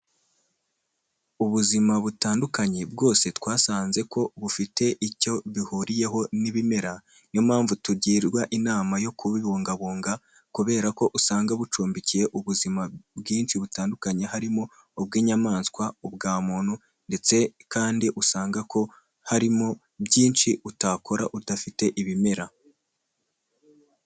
Ubuzima butandukanye bwose twasanze ko bufite icyo bihuriyeho n'ibimera, ni yo mpamvu tugirwa inama yo kubibungabunga kubera ko usanga bucumbikiye ubuzima bwinshi butandukanye, harimo ubw'inyamaswa, ubwa muntu ndetse kandi usanga ko harimo byinshi utakora udafite ibimera.